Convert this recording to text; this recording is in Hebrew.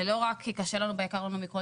זה לא רק כי קשה לנו ביקר לנו מכל,